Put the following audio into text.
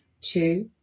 two